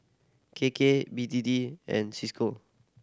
K K B T T and Cisco